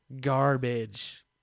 Garbage